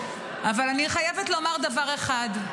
אבל אני חייבת לומר דבר אחד,